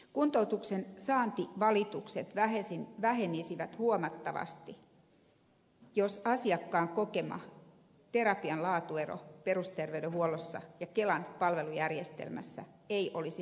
kuntoutuksen saantivalitukset vähenisivät huomattavasti jos asiakkaan kokema terapian laatuero perusterveydenhuollossa ja kelan palvelujärjestelmässä ei olisi nykyisen kokoinen